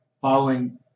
following